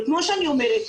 אבל כמו שאני אומרת,